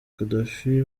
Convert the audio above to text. gaddafi